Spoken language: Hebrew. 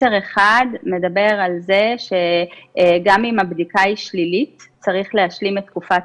מסר אחד מדבר על זה שגם אם הבדיקה היא שלילית צריך להשלים את תקופת